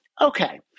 Okay